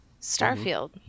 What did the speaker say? starfield